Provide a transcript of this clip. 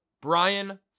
Brian